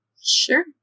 Sure